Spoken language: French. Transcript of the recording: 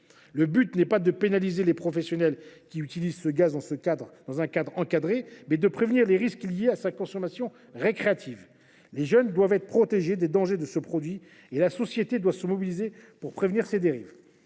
Le but n’est pas de pénaliser les professionnels qui utilisent ce gaz de façon encadrée, il est de prévenir les risques liés à sa consommation récréative. Les jeunes doivent être protégés des dangers de ce produit et la société doit se mobiliser pour prévenir ces dérives.